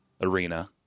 Arena